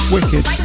Wicked